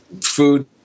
food